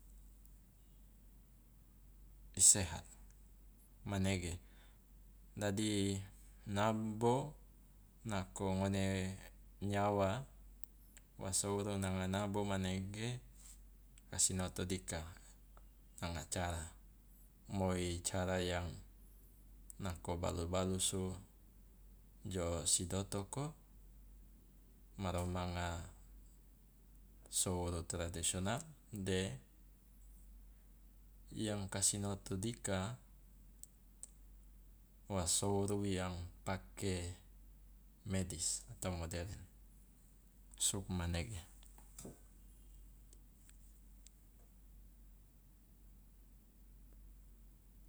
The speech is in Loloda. I sehat, manege. Dadi nabo nako ngone nyawa wa souru nanga nabo manege ka sinoto dika nanga cara, moi cara yang nako balu balusu jo sidotoko ma romanga souru tradisional de yang ka sinoto dika wa souru yang pake medis atau modern, sugmanege.